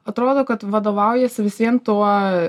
atrodo kad vadovaujiesi visvien tuo